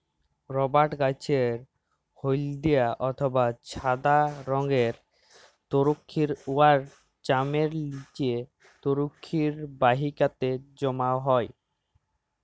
রবাট গাহাচের হইলদ্যা অথবা ছাদা রংয়ের তরুখির উয়ার চামের লিচে তরুখির বাহিকাতে জ্যমা হ্যয়